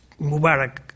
Mubarak